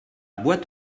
boîte